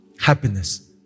happiness